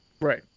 Right